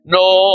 no